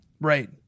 Right